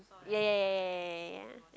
ya ya ya ya ya ya ya